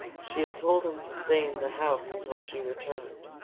she had told him to stay in the house until she returned.